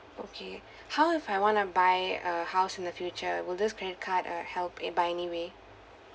okay how if I want to buy a house in the future would this credit card uh help in buy it anyway